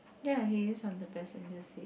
ya he is on the passenger seat